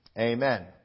amen